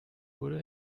wurde